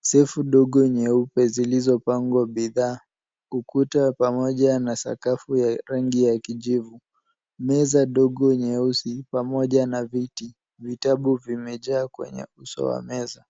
Safe ndogo nyeupe zilizopangwa bidhaa. Ukuta pamoja na sakafu ya rangi ya kijivu. Meza ndogo nyeusi pamoja na viti. Vitabu vimejaa kwenye uso wa meza.